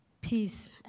peace